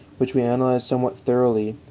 which we analyzed somewhat thoroughly,